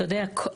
אתה יודע,